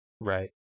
Right